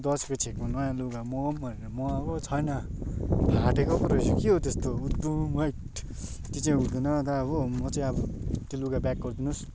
दसैँको छेकमा नयाँ लुगा मगाउँ भनेर मगाएको छैन फाटेको पो रहेछ के हो त्यस्तो उदुम हैट त्यो चाहिँ हुँदैन दा हो म चाहिँ अब त्यो लुगा ब्याक गरिदिनुहोस्